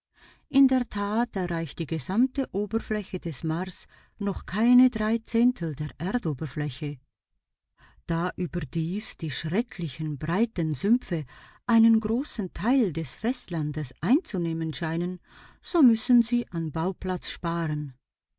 in der tat erreicht die gesamte oberfläche des mars noch keine drei zehntel der erdoberfläche da überdies die schrecklichen breiten sümpfe einen großen teil des festlandes einzunehmen scheinen so müssen sie an bauplatz sparen